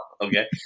Okay